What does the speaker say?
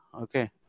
okay